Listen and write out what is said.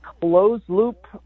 closed-loop